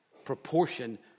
proportion